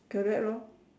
correct lor